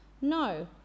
No